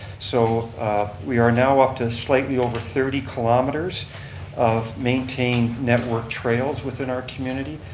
so we are now up to slightly over thirty kilometers of maintained networked trails within our community.